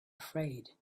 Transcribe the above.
afraid